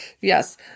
yes